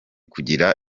kugira